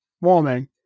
warming